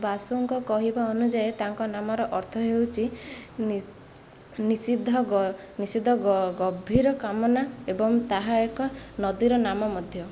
ବାସୁଙ୍କ କହିବା ଅନୁଯାୟୀ ତାଙ୍କ ନାମର ଅର୍ଥ ହେଉଛି ନିଷିଦ୍ଧ ଗଭୀର କାମନା ଏବଂ ଏହା ଏକ ନଦୀର ନାମ ମଧ୍ୟ